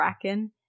Kraken